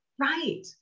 Right